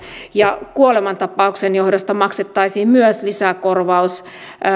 kuolemantapauksen johdosta maksettaisiin myös lisäkorvaus